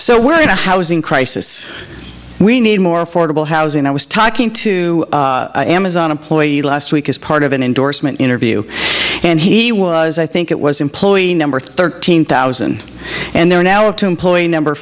so we're in a housing crisis we need more affordable housing i was talking to amazon employee last week as part of an endorsement interview and he was i think it was employee number thirteen thousand and they're now up to employee number